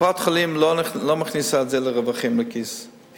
קופת-חולים לא מכניסה את זה כרווחים לכיס,